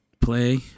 play